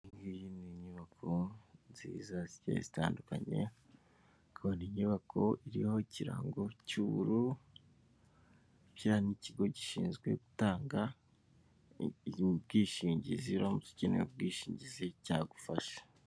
Iyi ni inyubako nziza zigiye zitandukanye ko inyubako iriho ikirango cy'uburu n'ikigo gishinzwe gutanga ubwishingizi iramutse ugenewe ubwishingizi cyagufasha.